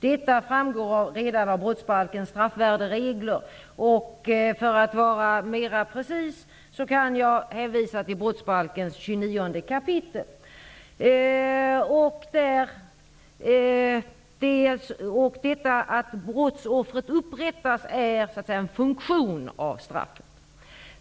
Detta framgår av delar av brottsbalkens straffvärderegler. För att vara mera precis kan jag hänvisa till 29 kap. brottsbalken. Detta att brottsoffret upprättas är så att säga en funktion av straffet.